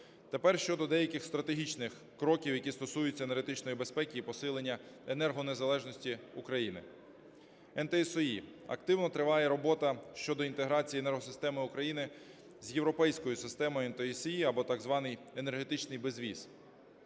Тепер щодо деяких стратегічних кроків, які стосуються енергетичної безпеки і посилення енергонезалежності України. ENTSO-E. Активно триває робота щодо інтеграції енергосистеми України з європейською системою ENTSO-E або так званий енергетичний безвіз.